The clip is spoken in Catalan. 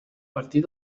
partir